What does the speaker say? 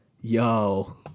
Yo